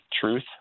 truth